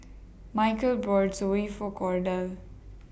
Mychal bought Zosui For Cordell